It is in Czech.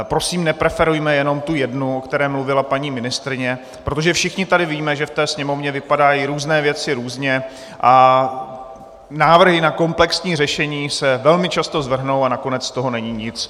Prosím, nepreferujme jenom tu jednu, o které mluvila paní ministryně, protože všichni tady víme, že ve Sněmovně vypadají různé věci různě a návrhy na komplexní řešení se velmi často zvrhnou a nakonec z toho není nic.